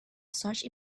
such